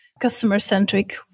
Customer-centric